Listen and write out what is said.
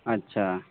আচ্ছা